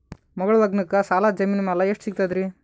ಮಗಳ ಲಗ್ನಕ್ಕ ಸಾಲ ಜಮೀನ ಮ್ಯಾಲ ಎಷ್ಟ ಸಿಗ್ತದ್ರಿ?